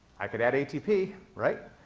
i could add atp, right?